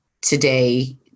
today